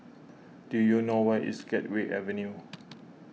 do you know where is Gateway Avenue